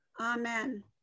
Amen